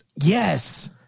Yes